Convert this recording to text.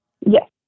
Yes